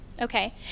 Okay